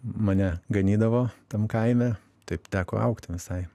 mane ganydavo tam kaime taip teko augt visai